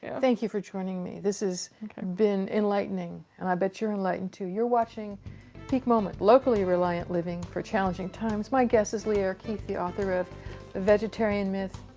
thank you for joining me. this has been enlightening. and i bet you are enlightened too. you are watching peak moment, locally-reliant living for challenging times. my guest is lierre keith, the author of the vegetarian myth.